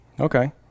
Okay